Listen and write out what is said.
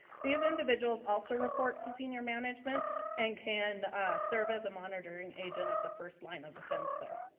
these individuals also report to senior management and can service a monitoring agent of the first line of defense there.